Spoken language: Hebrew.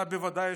אתה בוודאי,